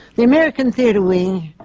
the american theatre wing,